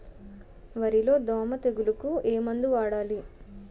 వరిలో దోమ తెగులుకు ఏమందు వాడాలి?